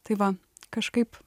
tai va kažkaip